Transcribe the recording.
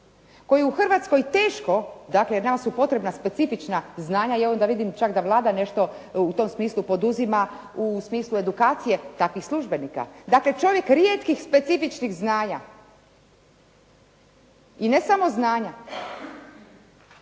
koji u Hrvatskoj teško, dakle danas su potrebna specifična znanja i onda vidim čak da Vlada nešto u tom smislu poduzima u smislu edukacije takvih službenika. Dakle, čovjek rijetkih specifičnih znanja i ne samo znanja,